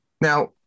Now